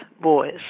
boys